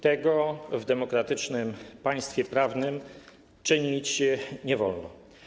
Tego w demokratycznym państwie prawnym czynić nie wolno.